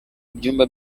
ibyumba